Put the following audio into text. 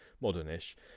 modern-ish